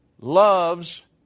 loves